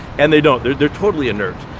and they don't. they're they're totally inert.